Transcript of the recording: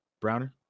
browner